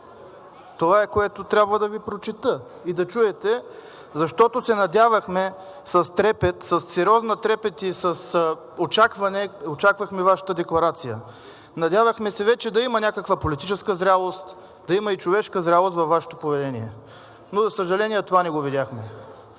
Това е, което трябва да Ви прочета и да чуете, защото се надявахме с трепет, със сериозен трепет очаквахме Вашата декларация. Надявахме се вече да има някаква политическа зрелост, да има и човешка зрелост във вашето поведение, но за съжаление, това не го видяхме.